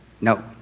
No